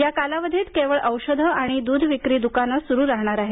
या कालावधीत केवळ औषधं आणि द्ध विक्री द्कानं स्रु राहणार आहेत